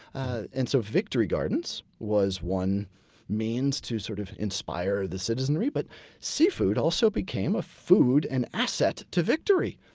ah and so victory gardens was one means to sort of inspire the citizenry, but seafood also became a food, an asset, to victory.